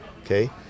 okay